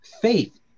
Faith